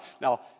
Now